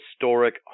Historic